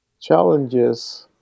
Challenges